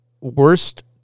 worst-